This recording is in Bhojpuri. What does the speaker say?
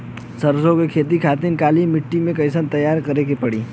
सरसो के खेती के खातिर काली माटी के कैसे तैयार करे के पड़ी?